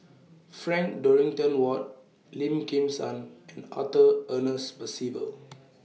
Frank Dorrington Ward Lim Kim San and Arthur Ernest Percival